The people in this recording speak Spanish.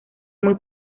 muy